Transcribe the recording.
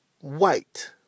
white